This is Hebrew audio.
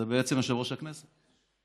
זה בעצם יושב-ראש הכנסת.